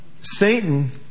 Satan